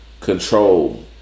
control